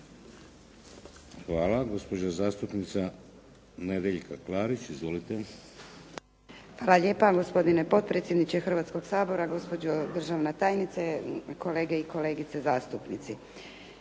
(HDZ)** Hvala. Gospođa zastupnica Nedjeljka Klarić. **Klarić, Nedjeljka (HDZ)** Hvala lijepa gospodine potpredsjedniče Hrvatskog sabora, gospođo državna tajnice, kolege i kolegice zastupnici.